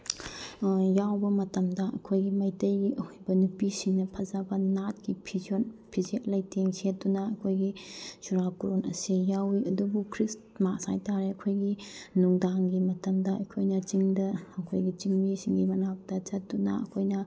ꯌꯥꯎꯕ ꯃꯇꯝꯗ ꯑꯩꯈꯣꯏꯒꯤ ꯃꯩꯇꯩꯒꯤ ꯑꯣꯏꯕ ꯅꯨꯄꯤꯁꯤꯡꯅ ꯐꯖꯕ ꯅꯥꯠꯀꯤ ꯐꯤꯖꯣꯜ ꯐꯤꯖꯦꯠ ꯂꯩꯇꯦꯡ ꯁꯦꯠꯇꯨꯅ ꯑꯩꯈꯣꯏꯒꯤ ꯆꯨꯔꯥꯀꯣꯔꯣꯟ ꯑꯁꯤ ꯌꯥꯎꯋꯤ ꯑꯗꯨꯕꯨ ꯈ꯭ꯔꯤꯁꯃꯥꯁ ꯍꯥꯏ ꯇꯥꯔꯦ ꯑꯩꯈꯣꯏꯒꯤ ꯅꯨꯡꯗꯥꯡꯒꯤ ꯃꯇꯝꯗ ꯑꯩꯈꯣꯏꯅ ꯆꯤꯡꯗ ꯑꯩꯈꯣꯏꯒꯤ ꯆꯤꯡꯃꯤꯁꯤꯡꯒꯤ ꯃꯅꯥꯛꯇ ꯆꯠꯇꯨꯅ ꯑꯩꯈꯣꯏꯅ